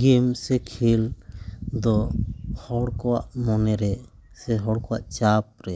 ᱜᱮᱢ ᱥᱮ ᱠᱷᱮᱞ ᱫᱚ ᱦᱚᱲ ᱠᱚᱣᱟᱜ ᱢᱚᱱᱮᱨᱮ ᱥᱮ ᱦᱚᱲ ᱠᱚᱣᱟᱜ ᱪᱟᱯᱨᱮ